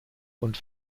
und